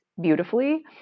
beautifully